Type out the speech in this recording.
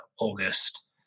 August